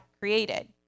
created